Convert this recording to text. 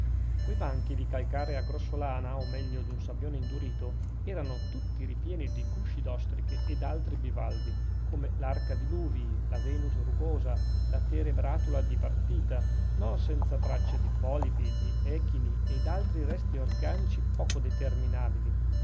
quei banchi di calcarea grossolana o meglio d'un sabbione indurito erano tutti ripieni di gusci d'ostriche e d'altri bivalvi come l'arca diluvii la venus rugosa la terebratula bipartita non senza tracce di polipi di èchini e d'altri resti organici poco determinabili